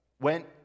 went